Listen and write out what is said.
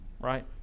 right